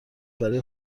برای